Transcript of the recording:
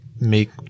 make